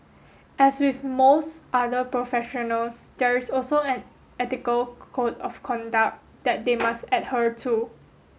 as with most other professionals there is also an ethical code of conduct that they must to